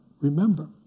remember